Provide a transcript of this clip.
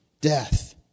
death